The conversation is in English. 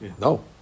No